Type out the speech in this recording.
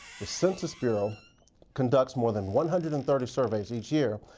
the census bureau conducts more than one hundred and thirty surveys each year,